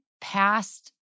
past